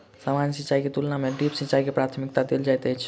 सामान्य सिंचाईक तुलना मे ड्रिप सिंचाई के प्राथमिकता देल जाइत अछि